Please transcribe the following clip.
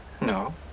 No